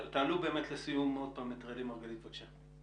תעלו באמת לסיום עוד פעם את רלי מרגלית, בבקשה.